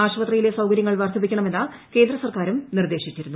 ആശുപത്രിയിലെ സൌകര്യങ്ങൾ വർധിപ്പിക്കണ മെന്ന് കേന്ദ്രസർക്കാരും നിർദേശിച്ചിരുന്നു